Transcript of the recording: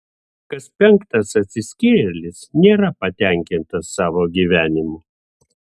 kas penktas atsiskyrėlis nėra patenkintas savo gyvenimu